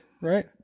right